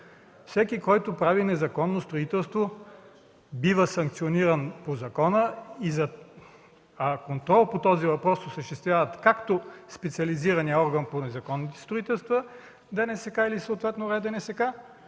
Всеки, който извършва незаконно строителство, бива санкциониран по закона, а контрол по този въпрос осъществяват както специализираният орган по незаконните строителства – ДНСК или съответно РДНСК, така